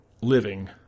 living